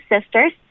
Sisters